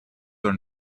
were